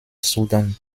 sudan